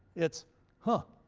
it's huh,